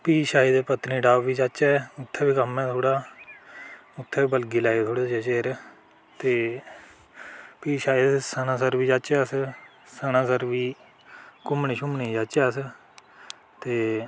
फ्ही शायद पत्नीटाप बी जाचै उत्थै बी कम्म ऐ थोह्ड़ा उत्थै बलगी लैएओ थोह्ड़े चिर ते फ्ही शायद सनासर बी जाचै अस सनासर बी घूमने शूमने गी जाचै अस ते